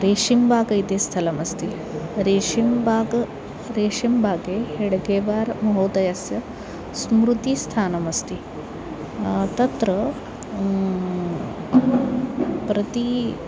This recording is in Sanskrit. रेशिम्बाग् इति स्थलम् अस्ति रेशिम्बाग् रेषिम्बागे हेड्गेबार् महोदयस्य स्मृतिस्थानमस्ति तत्र प्रति